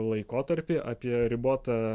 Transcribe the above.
laikotarpį apie ribotą